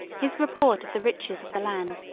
his report of the riches of the land,